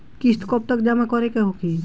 किस्त कब तक जमा करें के होखी?